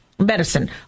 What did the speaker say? medicine